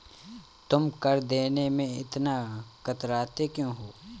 तुम कर देने में इतना कतराते क्यूँ हो?